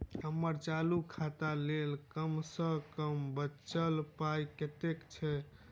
हम्मर चालू खाता लेल कम सँ कम बचल पाइ कतेक छै?